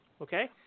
okay